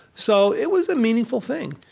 so it was a meaningful thing.